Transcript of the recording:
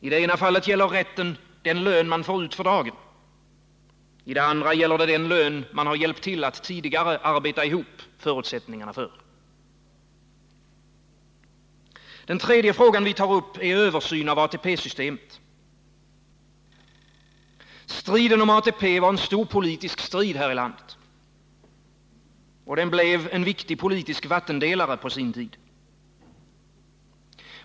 I det ena fallet gäller rätten den lön man får ut för dagen, i det andra fallet den lön man hjälpt till att tidigare arbeta ihop förutsättningarna för. Den tredje frågan vi tar upp är översyn av ATP-systemet. Striden om ATP var en stor politisk strid här i landet. Den blev på sin tid en viktig politisk vattendelare.